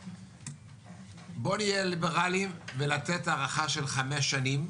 בואו נהיה ליברלים וניתן הארכה של 5 שנים,